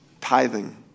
Tithing